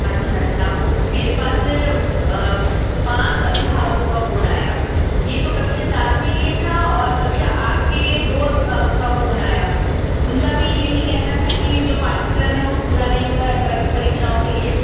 अच्छा अच्छा वो मेरे पास पाँच अभिभावकों का फोन आया ये तो कक्षा चार के लिए था और कक्षा आठ के दो अभिववाक का फोन आया उनका भी यही कहना था कि जो पाठ्यक्रम है वो पूरा नहीं हुआ है अर्द्धवार्षिक परीक्षाओं के लिए